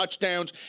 touchdowns